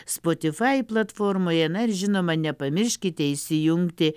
spotifai platformoje na ir žinoma nepamirškite įsijungti